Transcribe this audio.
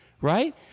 right